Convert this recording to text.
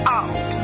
out